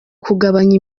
kugabanya